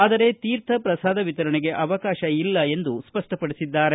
ಆದರೆ ತೀರ್ಥ ಪ್ರಸಾದ ವಿತರಣೆಗೆ ಅವಕಾಶ ಇಲ್ಲ ಎಂದು ಸ್ಪಷ್ಟಪಡಿಸಿದರು